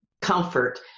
comfort